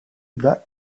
bas